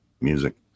Music